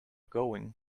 going